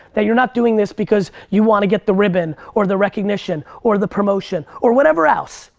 that you're not doing this because you want to get the ribbon or the recognition or the promotion or whatever else,